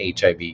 HIV